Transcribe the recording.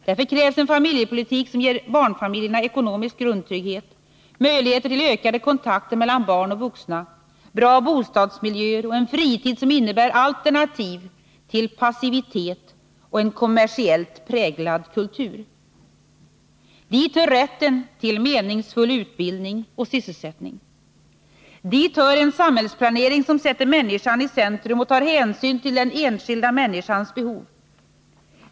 Därför krävs en familjepolitik som ger barnfamiljerna ekonomisk grundtrygghet, möjligheter till ökade kontakter mellan barn och vuxna, bra bostadsmiljöer och en fritid som innebär alternativ till passivitet och en kommersiellt präglad kultur. Dit hör rätten till meningsfull utbildning och sysselsättning. Dit hör en samhällsplanering som sätter människan i centrum och tar hänsyn till den enskilda människans behov.